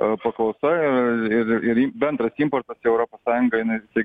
o paklausa ir ir im bendras importas į europos sąjungą jinai vistiek